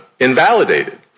Invalidated